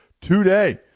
today